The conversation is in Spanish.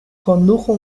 condujo